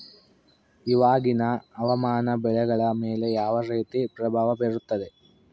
ಇವಾಗಿನ ಹವಾಮಾನ ಬೆಳೆಗಳ ಮೇಲೆ ಯಾವ ರೇತಿ ಪ್ರಭಾವ ಬೇರುತ್ತದೆ?